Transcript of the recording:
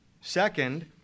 Second